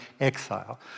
exile